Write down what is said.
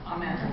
Amen